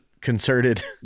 concerted